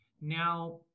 Now